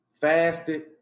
fasted